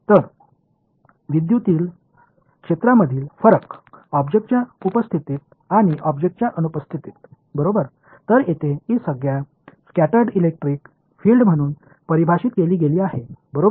तर विद्युतीय क्षेत्रामधील फरक ऑब्जेक्टच्या उपस्थितीत आणि ऑब्जेक्टच्या अनुपस्थितीत बरोबर तर येथे ही संज्ञा स्कॅटर्ड इलेक्ट्रिक फील्ड म्हणून परिभाषित केली गेली आहे बरोबर